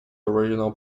original